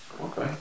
Okay